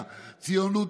הציונות,